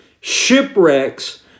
shipwrecks